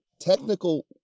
technical